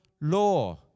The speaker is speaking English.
law